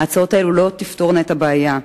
ההצעות האלה לא תפתורנה את הבעיה,